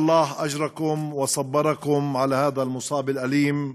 ירבה את שכרכם וייתן לכם כוחות להתמודד עם האסון המכאיב הזה.